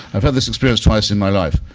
i've had this experience twice in my life.